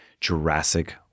Jurassic